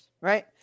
right